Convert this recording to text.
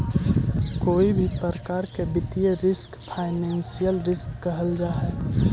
कोई भी प्रकार के वित्तीय रिस्क फाइनेंशियल रिस्क कहल जा हई